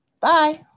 Bye